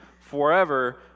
forever